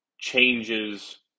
changes